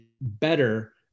better